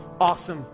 Awesome